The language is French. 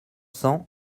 cents